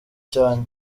cyanjye